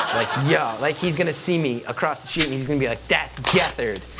yeah like he's going to see me across the street and he's' going to be like that's gethard!